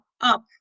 up